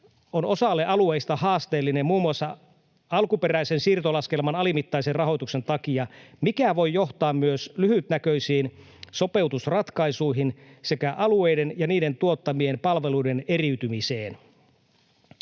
on osalle alueista haasteellinen muun muassa alkuperäisen siirtolaskelman alimittaisen rahoituksen takia, mikä voi johtaa myös lyhytnäköisiin sopeutusratkaisuihin sekä alueiden ja niiden tuotta-mien palveluiden eriytymiseen.